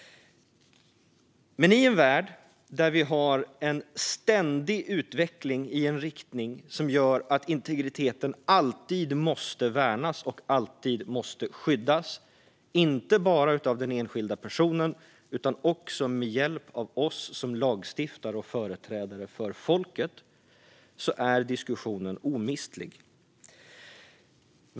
Men i en värld där vi har en ständig utveckling i en riktning som gör att integriteten alltid måste värnas och alltid måste skyddas, inte bara av den enskilda personen utan också med hjälp av oss som lagstiftare och företrädare för folket, är diskussionen omistlig.